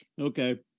okay